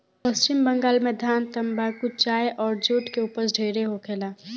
पश्चिम बंगाल में धान, तम्बाकू, चाय अउर जुट के ऊपज ढेरे होखेला